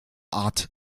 art